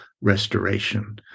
restoration